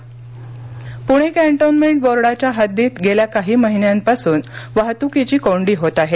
Pune cantonment बोर्डाच्या हद्दीत गेल्या काही महिन्यांपासून वाहतुकीची कोंडी होत आहे